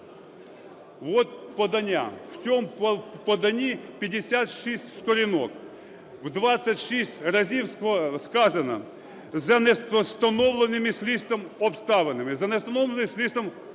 от подання. У цьому поданні 56 сторінок. 26 разів сказано: за не встановленими слідством обставинами. За не встановленими слідством обставинами.